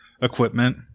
equipment